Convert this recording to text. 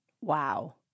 Wow